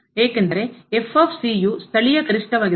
ಏಕೆಂದರೆ ಸ್ಥಳೀಯ ಗರಿಷ್ಠವಾಗಿರುತ್ತದೆ